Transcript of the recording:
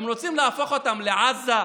הם רוצים להפוך אותם לעזה,